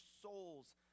souls